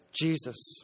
Jesus